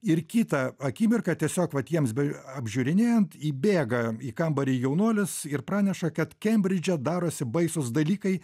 ir kitą akimirką tiesiog vat jiems be apžiūrinėjant įbėga į kambarį jaunuolis ir praneša kad kembridže darosi baisūs dalykai